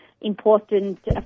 important